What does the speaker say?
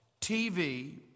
TV